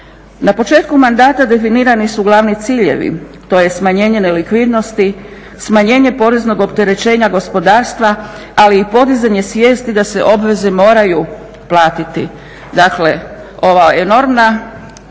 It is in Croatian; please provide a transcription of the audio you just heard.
Na početku mandata definirani su glavni ciljevi. To je smanjenje nelikvidnosti, smanjenje poreznog opterećenja gospodarstva, ali i podizanje svijesti da se obveze moraju platiti. Dakle, ova enormna